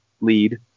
lead